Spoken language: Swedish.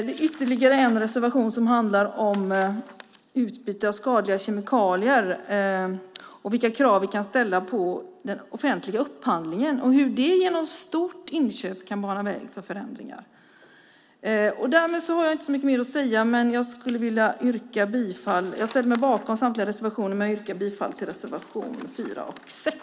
Det finns en annan reservation som handlar om utbyte av skadliga kemikalier, vilka krav vi kan ställa på den offentliga upphandlingen och hur man genom stora inköp kan bana väg för förändringar. Därmed har jag inte så mycket mer att säga. Jag ställer mig bakom samtliga reservationer, men jag yrkar bifall till reservationerna 4 och 6.